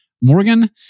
Morgan